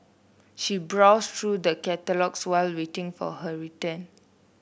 she browsed through the catalogues while waiting for her return